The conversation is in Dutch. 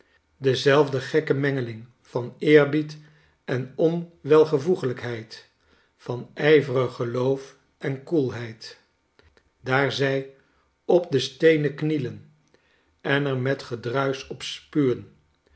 dezelfde gekke mengeling van eerbied en onwelvoegelijkheid van ijverig geloof en koelheid daar zij op de steenen knielen en er met gedruisch op spuwen